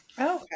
okay